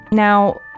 Now